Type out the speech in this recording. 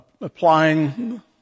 applying